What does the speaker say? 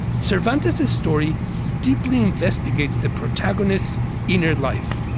cervantes' story deeply investigates the protagonist's inner life.